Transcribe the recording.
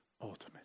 ultimate